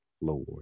Lord